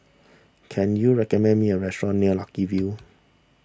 can you recommend me a restaurant near Lucky View